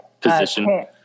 position